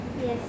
Yes